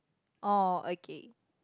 oh okay